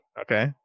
Okay